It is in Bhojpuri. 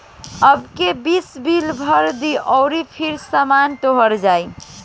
अबका बस बिल भर द अउरी फेर सामान तोर हो जाइ